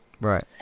Right